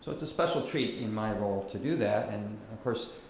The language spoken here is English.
it's a special treat in my role to do that and of course